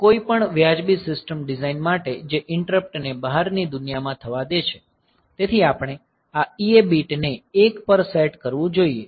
કોઈપણ વ્યાજબી system design માટે જે ઈંટરપ્ટ ને બહારની દુનિયા માં થવા દે છે તેથી આપણે આ EA બીટને 1 પર સેટ કરવું જોઈએ